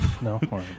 no